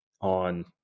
on